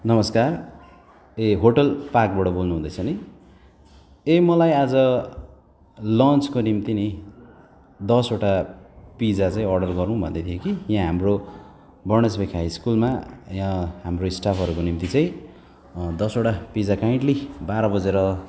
नमस्कार ए होटेल पार्कबाट बोल्नु हुँदैछ नि ए मलाई आज लन्चको निम्ति नि दसवटा पिज्जा चाहिँ अर्डर गरुँ भन्दै थिएँ कि यहाँ हाम्रो बर्नसबेग हाई स्कुलमा यहाँ हाम्रो स्टाफहरूको निम्ति चाहिँ दसवटा पिज्जा काइन्डली बाह्र बजेर